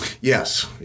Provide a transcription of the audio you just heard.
Yes